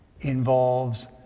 involves